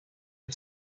que